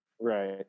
Right